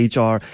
HR